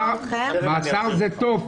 מאסר זה טוב,